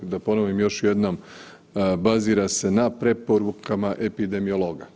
Da ponovim još jednom bazira se na preporukama epidemiologa.